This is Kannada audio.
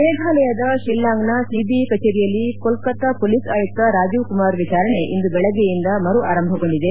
ಮೇಘಾಲಯದ ಶಿಲ್ಲಾಂಗ್ನ ಸಿಬಿಐ ಕಚೇರಿಯಲ್ಲಿ ಕೊಲ್ಲತ್ತಾ ಮೊಲೀಸ್ ಆಯುಕ್ತ ರಾಜೀವ್ಕುಮಾರ್ ವಿಚಾರಣೆ ಇಂದು ಬೆಳಗ್ಗೆಯಿಂದ ಮರು ಆರಂಭಗೊಂಡಿದೆ